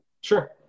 sure